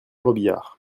robiliard